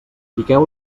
piqueu